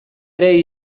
ere